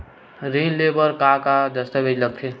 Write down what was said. ऋण ले बर का का दस्तावेज लगथे?